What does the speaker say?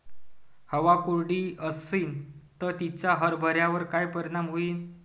हवा कोरडी अशीन त तिचा हरभऱ्यावर काय परिणाम होईन?